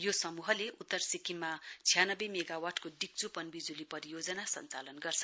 यो समूहले उत्तर सिक्किममा छ्यानब्बे मेगावटको डिक्चु पनविजुली परियोजना संचालन गर्छ